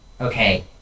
okay